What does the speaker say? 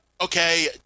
okay